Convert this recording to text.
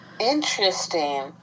Interesting